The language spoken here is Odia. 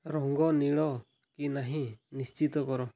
ରଙ୍ଗ ନୀଳ କି ନାହିଁ ନିଶ୍ଚିତ କର